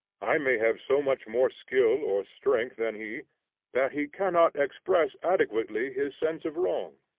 i may have so much more skill or strength than he that he cannot express adequately his sense of wrong,